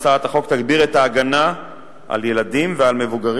הצעת החוק תגביר את ההגנה על ילדים ועל מבוגרים